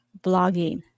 blogging